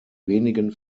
wenigen